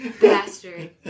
bastard